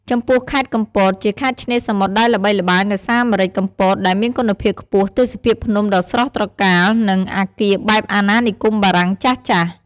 ចំពោះខេត្តកំពត ជាខេត្តឆ្នេរសមុទ្រដែលល្បីល្បាញដោយសារម្រេចកំពតដែលមានគុណភាពខ្ពស់ ទេសភាពភ្នំដ៏ស្រស់ត្រកាល និងអគារបែបអាណានិគមបារាំងចាស់ៗ។